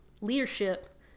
leadership